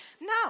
No